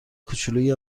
کوچولوی